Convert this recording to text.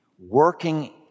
working